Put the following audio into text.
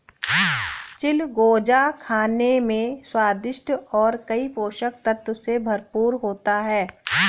चिलगोजा खाने में स्वादिष्ट और कई पोषक तत्व से भरपूर होता है